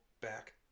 back